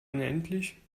unendlich